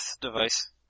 device